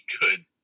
good